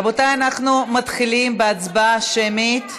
רבותיי, אנחנו מתחילים בהצבעה השמית,